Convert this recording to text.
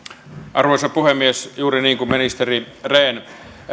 arvoisa puhemies on juuri niin kuin ministeri rehn